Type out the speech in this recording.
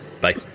Bye